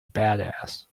badass